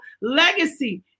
legacy